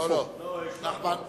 נחמן נמצא.